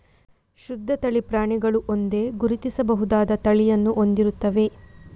ಶುದ್ಧ ತಳಿ ಪ್ರಾಣಿಗಳು ಒಂದೇ, ಗುರುತಿಸಬಹುದಾದ ತಳಿಯನ್ನು ಹೊಂದಿರುತ್ತವೆ